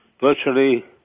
virtually